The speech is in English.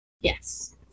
Yes